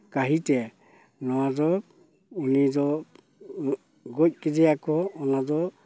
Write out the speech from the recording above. ᱠᱟᱹᱦᱤᱛᱮ ᱱᱚᱣᱟ ᱫᱚ ᱩᱱᱤ ᱫᱚ ᱜᱚᱡ ᱠᱮᱫᱮᱭᱟᱠᱚ ᱚᱱᱟᱫᱚ